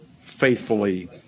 faithfully